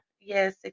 Yes